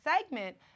segment